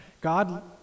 God